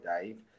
Dave